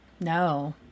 No